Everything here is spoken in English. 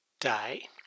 day